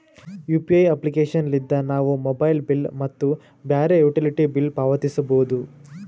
UPI application ಲಿದ್ದ ನಾವು mobile bill ಮತ್ತು ಬ್ಯಾರೆ ಯುಟಿಲಿಟಿ ಬಿಲ್ ಪಾವತಿಸಬೋದು